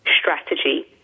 strategy